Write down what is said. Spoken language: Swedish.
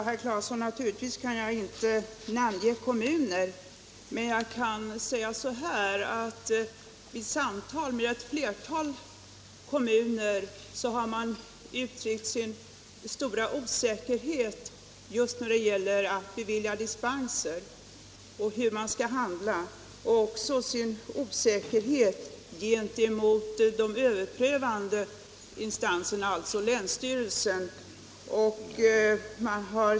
Herr talman! Naturligtvis kan jag inte, herr Claeson, namnge kommuner. Men vid samtal som förts har ett flertal kommuner uttryckt sin stora osäkerhet just när det gäller att bevilja dispenser och hur man skall handla. Man har också uttryckt sin oro gentemot den överprövande instansen, dvs. länsstyrelsen.